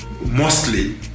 mostly